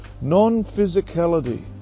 Non-physicality